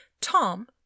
Tom